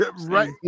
Right